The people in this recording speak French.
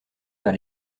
vers